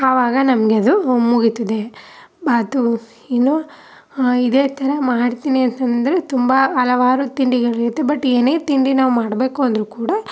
ಆವಾಗ ನಮಗೆ ಅದು ಮುಗೀತದೆ ಬಾತೂ ಇನ್ನು ಹಾಂ ಇದೇ ಥರ ಮಾಡ್ತೀನಿ ಅಂತ ಅಂದ್ರೆ ತುಂಬ ಹಲವಾರು ತಿಂಡಿಗಳಿರುತ್ತೆ ಬಟ್ ಏನೇ ತಿಂಡಿ ನಾವು ಮಾಡಬೇಕು ಅಂದರೂ ಕೂಡ